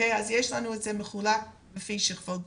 יש לנו את זה מחולק לפי שכבות גיל.